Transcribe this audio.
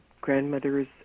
grandmothers